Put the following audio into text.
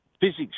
physics